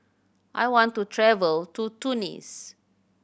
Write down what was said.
I want to travel to Tunis